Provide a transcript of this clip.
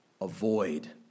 avoid